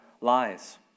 lies